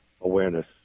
awareness